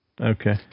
Okay